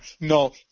no